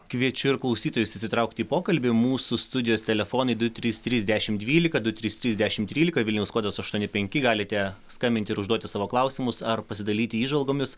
kviečiu ir klausytojus įsitraukti į pokalbį mūsų studijos telefonai du trys trys dešimt dvylika du trys trys dešimt trylika vilniaus kodas aštuoni penki galite skambinti ir užduoti savo klausimus ar pasidalyti įžvalgomis